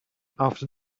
after